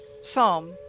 Psalm